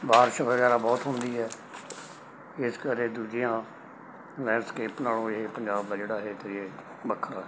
ਬਾਰਿਸ਼ ਵਗੈਰਾ ਬਹੁਤ ਹੁੰਦੀ ਹੈ ਇਸ ਕਰਕੇ ਦੂਜੀਆਂ ਲੈਂਡਸਕੇਪ ਨਾਲੋਂ ਇਹ ਪੰਜਾਬ ਦਾ ਜਿਹੜਾ ਇਹ ਵੱਖਰਾ ਹੈ